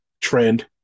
Trend